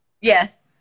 Yes